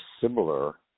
similar